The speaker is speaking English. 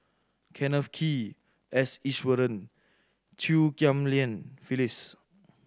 Kenneth Kee S Iswaran Chew Ghim Lian Phyllis